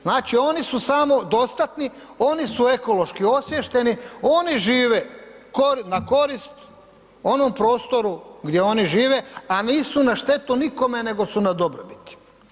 Znači, oni su samo dostatni, oni su ekološki osviješteni, oni žive na korist onom prostoru gdje oni žive, a nisu na štetu nikome nego su na dobrobiti.